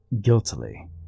Guiltily